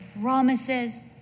promises